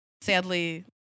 sadly